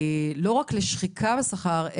לא רק לשחיקה בשכר,